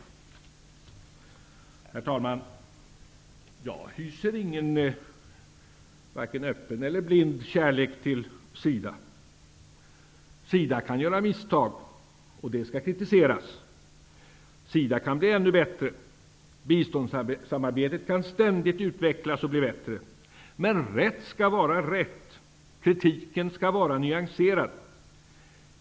Herr talman! Jag hyser ingen öppen eller blind kärlek till SIDA. SIDA kan göra misstag, och det skall kritiseras. SIDA kan bli ännu bättre. Biståndssamarbetet kan ständigt utvecklas och bli bättre. Men rätt skall vara rätt. Kritiken skall vara nyanserad.